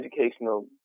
educational